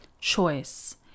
Choice